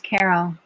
Carol